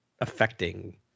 affecting